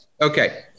Okay